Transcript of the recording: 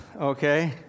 okay